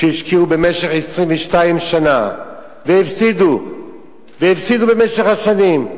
שהשקיעו במשך 22 שנה והפסידו במשך השנים.